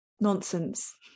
nonsense